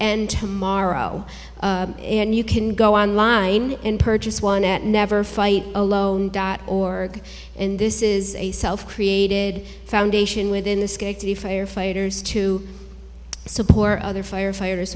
and tomorrow and you can go online and purchase one at never fight alone dot org and this is a self created foundation within the firefighters to support other firefighters